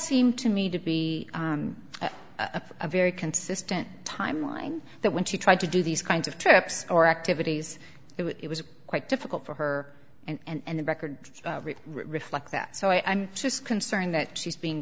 seemed to me to be a very consistent timeline that when she tried to do these kinds of trips or activities it was quite difficult for her and the record reflect that so i'm just concerned that she's being